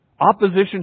Opposition